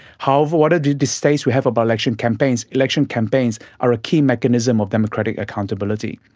however, whatever distaste we have about election campaigns, election campaigns are a key mechanism of democratic accountability.